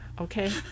okay